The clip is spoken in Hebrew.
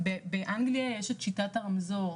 באנגליה יש את שיטת הרמזור.